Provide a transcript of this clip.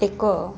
ଏକ